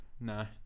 no